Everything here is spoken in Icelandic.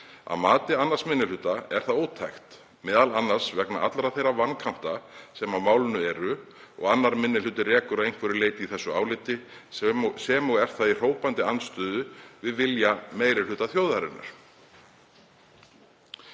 Að mati 2. minni hluta er það ótækt, m.a. vegna allra þeirra vankanta sem á málinu eru og 2. minni hluti rekur að einhverju leyti í þessu áliti. Þá er það í hrópandi andstöðu við vilja meiri hluta þjóðarinnar.